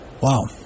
Wow